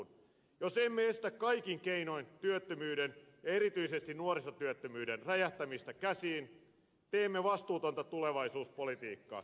jos emme estä kaikin keinoin työttömyyden ja erityisesti nuorisotyöttömyyden räjähtämistä käsiin teemme vastuutonta tulevaisuuspolitiikkaa